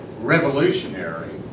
revolutionary